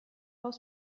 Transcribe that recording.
aus